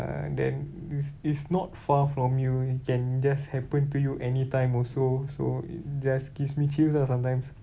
uh and then it's it's not far from you it can just happen to you anytime also so it just gives me chills lah sometimes